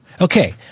Okay